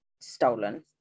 stolen